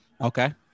Okay